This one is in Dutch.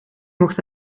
mocht